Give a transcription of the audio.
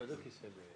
שזה גם